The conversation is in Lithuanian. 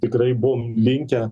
tikrai buvom linkę